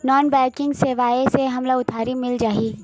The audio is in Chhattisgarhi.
नॉन बैंकिंग सेवाएं से हमला उधारी मिल जाहि?